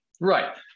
Right